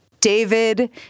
David